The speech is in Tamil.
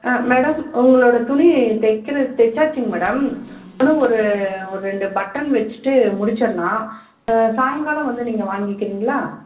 ஆ மேடம் உங்களோடய துணி தைக்கிறது தெச்சாச்சுங்க மேடம் ஆனால் ஒரு ரெண்டு பட்டன் வெச்சுட்டு முடிச்சுறலாம் சாயங்காலம் வந்து நீங்கள் வாங்கிக்கிறீங்களா